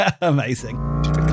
Amazing